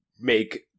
make